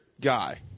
guy